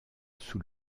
sous